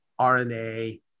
RNA